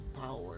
power